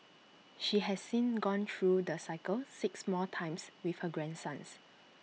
she has since gone through the cycle six more times with her grandsons